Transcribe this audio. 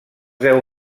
deu